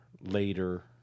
later